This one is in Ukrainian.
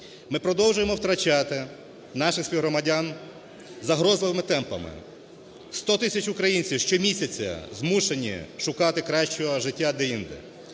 Ми продовжуємо втрачати наших співгромадян загрозливими темпами. Сто тисяч українців щомісяця змушені шукати кращого життя деінде.